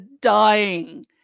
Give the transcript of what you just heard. dying